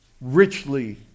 richly